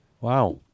Wow